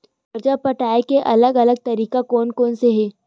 कर्जा पटाये के अलग अलग तरीका कोन कोन से हे?